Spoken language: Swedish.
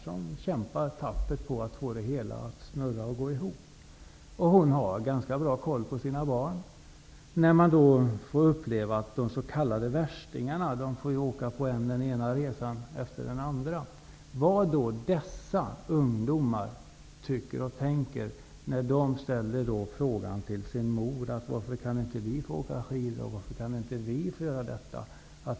Hon kämpar tappert för att få det hela att snurra och gå ihop. Hon har ganska bra koll på sina barn. De får uppleva att de s.k. värstingarna åker på den ena resan efter den andra. Vad skall dessa ungdomar tycka och tänka? De ställer frågan till sin mor: Varför kan inte vi åka? Varför kan inte vi få göra detta?